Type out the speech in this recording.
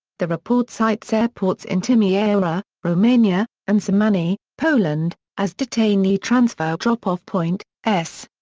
the report cites airports in timisoara, romania, and szymany, poland, as detainee transfer drop-off point s.